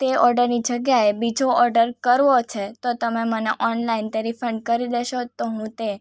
તે ઓર્ડરની જગ્યાએ બીજો ઓર્ડર કરવો છે તો તમે મને તે ઓનલાઈન તે રિફંડ કરી દેશો તો હું તે